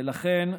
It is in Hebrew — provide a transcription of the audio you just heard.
ולכן,